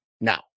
Now